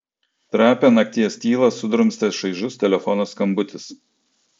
trapią nakties tylą sudrumstė šaižus telefono skambutis